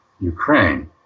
Ukraine